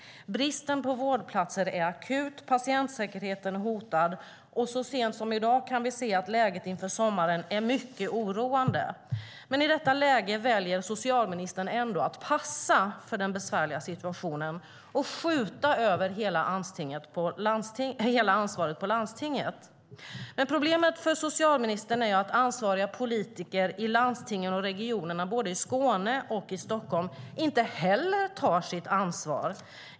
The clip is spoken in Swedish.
Bristen på vårdplatser är akut, och patientsäkerheten är hotad. Så sent som i dag kan vi se att läget inför sommaren är mycket oroande. I detta läge väljer socialministern ändå att passa för den besvärliga situationen och skjuta över hela ansvaret på landstinget. Problemet för socialministern är att ansvariga politiker i landstingen och regionerna både i Skåne och i Stockholm inte heller tar sitt ansvar.